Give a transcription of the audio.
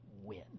win